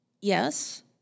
Yes